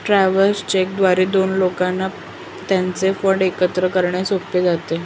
travellers cheque द्वारे दोन लोकांना त्यांचे फंड एकत्र करणे सोपे जाते